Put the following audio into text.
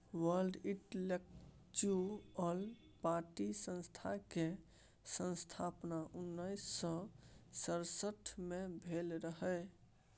world intellectual property संस्था केर स्थापना उन्नैस सय सड़सठ मे भेल रहय